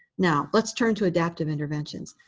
now let's turn to adaptive interventions.